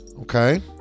okay